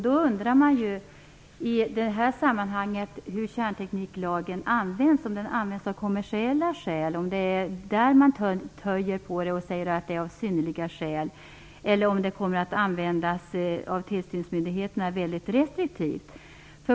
Då undrar man i det sammanhanget hur kärntekniklagen används, om man av kommersiella skäl töjer på den och hänvisar till "synnerliga skäl" eller om den kommer att användas av tillsynsmyndigheterna väldigt restriktivt.